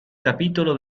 capitolo